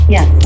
Yes